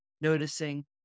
noticing